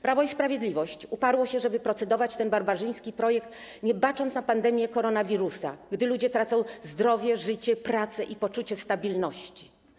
Prawo i Sprawiedliwość uparło się, żeby procedować nad tym barbarzyńskim projektem, nie bacząc na pandemię koronawirusa, gdy ludzie tracą zdrowie, życie, pracę i poczucie stabilności.